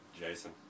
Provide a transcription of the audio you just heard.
Jason